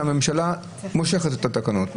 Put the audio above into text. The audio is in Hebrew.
שהממשלה מושכת את התקנות.